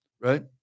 Right